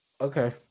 okay